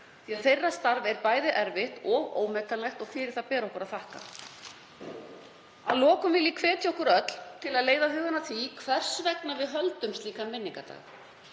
því starf þeirra er bæði erfitt og ómetanlegt og fyrir það ber okkur að þakka. Að lokum vil ég hvetja okkur öll til að leiða hugann að því hvers vegna við höldum slíkan minningardag,